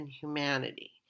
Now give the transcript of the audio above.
humanity